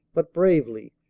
but bravely,